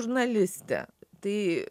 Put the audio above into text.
žurnalistė tai